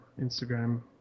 Instagram